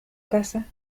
casa